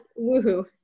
woohoo